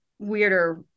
weirder